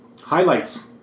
highlights